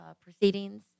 proceedings